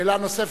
שאלה נוספת,